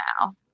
now